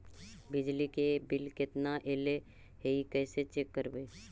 बिजली के बिल केतना ऐले हे इ कैसे चेक करबइ?